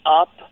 up